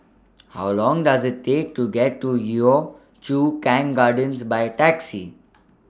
How Long Does IT Take to get to Yio Chu Kang Gardens By Taxi